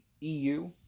EU